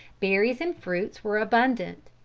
berries and fruits were abundant.